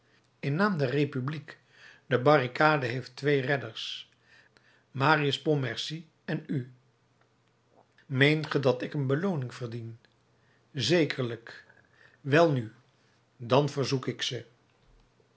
in naam der republiek de barricade heeft twee redders marius pontmercy en u meent ge dat ik een belooning verdien zekerlijk welnu dan verzoek ik ze